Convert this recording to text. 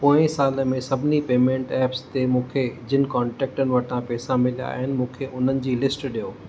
पोएं साल में सभिनी पेमेंट ऐप्स ते मूंखे जिन कॉन्टेकटनि वटां पैसा मिलिया आहिनि मूंखे उन्हनि जी लिस्ट ॾियो